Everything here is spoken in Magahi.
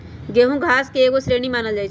गेहूम घास के एगो श्रेणी मानल जाइ छै